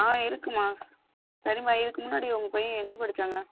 ஆ இருக்குதும்மா சரிம்மா இதுக்கு முன்னாடி உங்கள் பையன் எங்கே படிச்சாங்க